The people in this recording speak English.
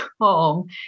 home